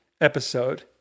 episode